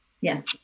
Yes